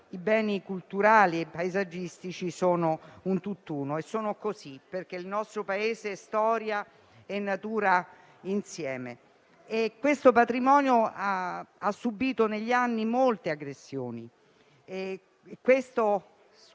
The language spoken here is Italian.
i beni culturali e paesaggistici sono un tutt'uno e sono così perché il nostro Paese è storia e natura insieme. Questo patrimonio ha subito negli anni molte aggressioni,